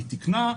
היא תיקנה,